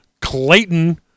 Clayton